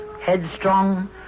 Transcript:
headstrong